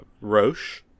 Roche